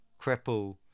cripple